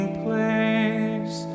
place